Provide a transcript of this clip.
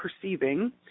perceiving